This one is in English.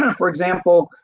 for example,